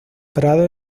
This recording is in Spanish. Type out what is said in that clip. prado